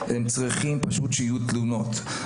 הם צריכים שיהיו תלונות.